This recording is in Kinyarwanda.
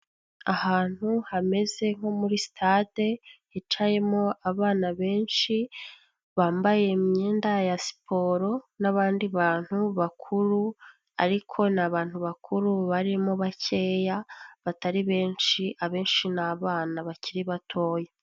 Ahantu hameze nko muri sitade hicayemo abana benshi, bambaye imyenda ya siporo n'abandi bantu bakuru ariko ni abantu bakuru barimo bakeya batari benshi abenshi ni abana bakiri batoya.